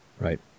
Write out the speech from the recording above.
Right